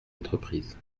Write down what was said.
entreprises